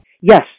Yes